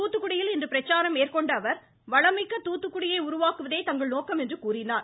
தூத்துக்குடியில் இன்று பிரச்சாரம் மேற்கொண்ட அவர் வளமிக்க தூத்துக்குடியை உருவாக்குவதே தங்கள் நோக்கம் என்றார்